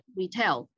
retail